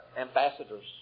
ambassadors